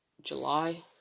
July